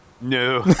no